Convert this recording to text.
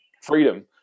freedom